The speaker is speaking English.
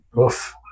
Oof